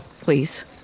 please